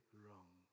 wrong